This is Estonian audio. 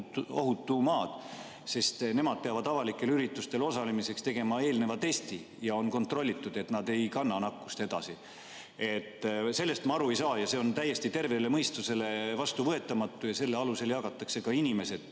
sest nemad peavad avalikel üritustel osalemiseks tegema eelneva testi ja olema kontrollitud, et nad ei kanna nakkust edasi. Sellest ma aru ei saa. See on täiesti tervele mõistusele vastuvõetamatu. Ja selle alusel jagatakse ka inimesed